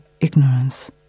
ignorance